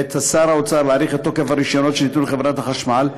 ואת שר האוצר להאריך את תוקף הרישיונות שניתנו לחברת החשמל,